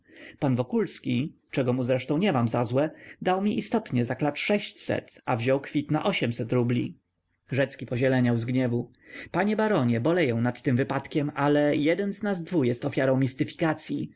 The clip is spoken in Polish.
pan wokulski czego mu zresztą nie mam za złe dał mi istotnie za klacz sześćset a wziął kwit na rubli rzecki pozieleniał z gniewu panie baronie boleję nad tym wypadkiem ale jeden z nas dwu jest ofiarą mistyfikacyi